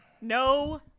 No